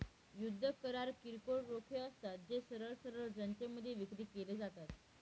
युद्ध करार किरकोळ रोखे असतात, जे सरळ सरळ जनतेमध्ये विक्री केले जातात